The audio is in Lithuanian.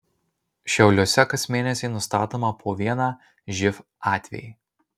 šiauliuose kas mėnesį nustatoma po vieną živ atvejį